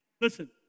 Listen